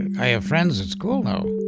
and i have friends in school now